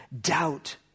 doubt